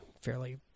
fairly